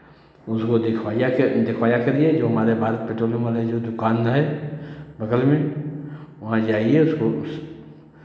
उसको दिखवाइए आके दिखवाया करिए जो हमारे भारत पेट्रोलियम वाले जो दुकान है बगल में वहाँ जाइए उसको उस